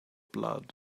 blood